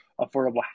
affordable